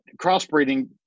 Crossbreeding